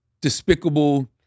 despicable